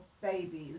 babies